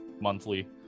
monthly